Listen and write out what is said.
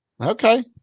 okay